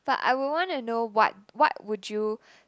but I would wanna know what what would you